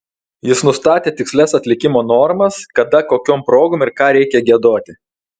jis nustatė tikslias atlikimo normas kada kokiom progom ir ką reikia giedoti